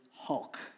Hulk